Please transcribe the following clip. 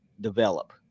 develop